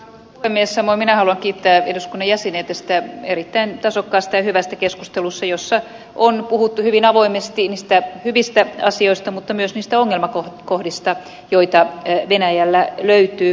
samoin minä haluan kiittää eduskunnan jäseniä tästä erittäin tasokkaasta ja hyvästä keskustelusta jossa on puhuttu hyvin avoimesti niistä hyvistä asioista mutta myös niistä ongelmakohdista joita venäjällä löytyy